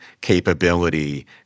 capability